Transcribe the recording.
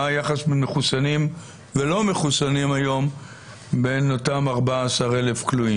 מה היחס ממחוסנים ולא מחוסנים היום בין אותם 14,000 כלואים?